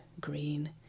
green